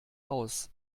aus